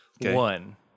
One